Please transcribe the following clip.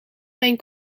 mijn